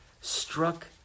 struck